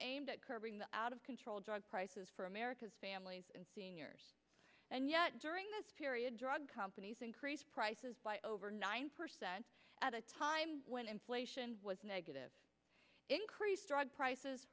aimed at curbing the out of control drug prices for america's families and seniors and yet during this period drug companies increased prices by over ninety percent at a time when inflation was negative increased drug prices